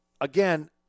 again